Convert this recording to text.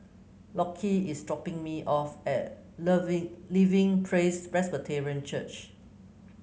Lockie is dropping me off at Loving Living Praise Presbyterian Church